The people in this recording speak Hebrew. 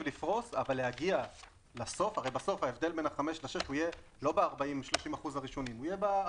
הרי בסוף ההבדל בין חמש לשש שנים יהיה לא ב-30% 40% הראשונים,